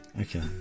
Okay